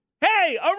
Hey